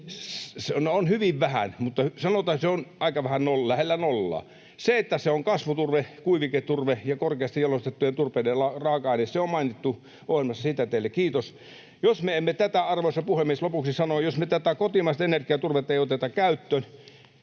Se on hyvin vähän, mutta sanotaan, että se on lähellä nollaa. — Se, että se on kasvuturve, kuiviketurve ja korkeasti jalostettujen turpeiden raaka-aine, on mainittu ohjelmassa, siitä teille kiitos. Arvoisa puhemies! Jos me tätä kotimaista energiaturvetta ei oteta käyttöön,